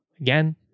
Again